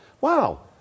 wow